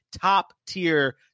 top-tier